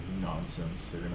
nonsense